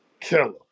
killer